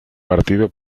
partido